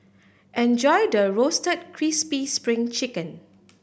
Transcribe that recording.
enjoy the Roasted Crispy Spring Chicken